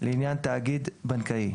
לעניין תאגיד בנקאי,